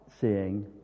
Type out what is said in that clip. seeing